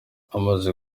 amaze